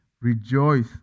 rejoice